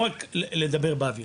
לא רק לדבר באוויר.